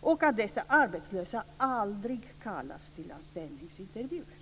och att dessa arbetslösa aldrig kallas till anställningsintervjuer.